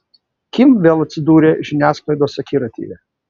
kim vėl atsidūrė žiniasklaidos akiratyje